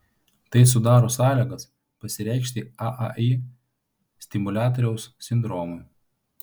tai sudaro sąlygas pasireikšti aai stimuliatoriaus sindromui